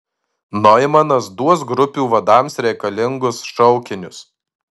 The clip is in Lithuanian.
noimanas duos grupių vadams reikalingus šaukinius